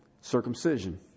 Circumcision